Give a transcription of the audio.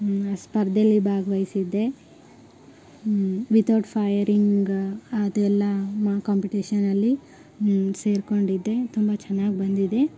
ಸ್ಪರ್ಧೆಯಲ್ಲಿ ಭಾಗ್ವಹಿಸಿದ್ದೆ ಹ್ಞೂ ವಿತೌಟ್ ಫೈಯರಿಂಗ್ ಅದೆಲ್ಲ ಮಾ ಕಾಂಪಿಟೇಷನಲ್ಲಿ ಸೇರಿಕೊಂಡಿದ್ದೆ ತುಂಬ ಚೆನ್ನಾಗ್ ಬಂದಿದೆ